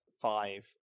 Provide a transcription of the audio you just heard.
Five